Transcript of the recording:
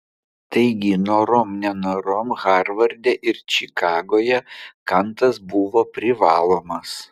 taigi norom nenorom harvarde ir čikagoje kantas buvo privalomas